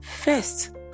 First